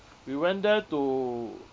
we went there to